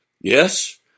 Yes